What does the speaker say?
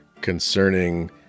concerning